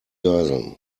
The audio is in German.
geiseln